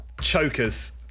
chokers